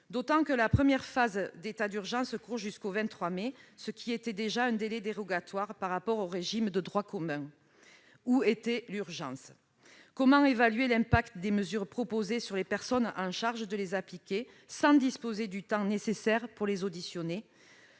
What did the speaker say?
d'autant que la première phase de l'état d'urgence court jusqu'au 23 mai- il s'agissait déjà d'un délai dérogatoire par rapport au régime de droit commun. Où était l'urgence ? Comment évaluer l'impact des mesures proposées sur les personnes chargées de les appliquer sans disposer du temps nécessaire pour les auditionner ?